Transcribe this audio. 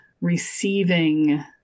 receiving